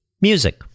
music